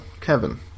Kevin